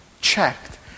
checked